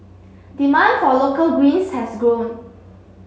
demand for local greens has grown